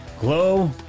glow